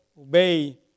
obey